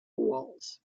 walls